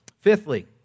Fifthly